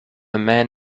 man